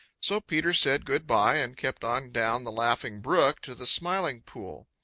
so peter said good-by and kept on down the laughing brook to the smiling pool.